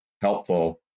helpful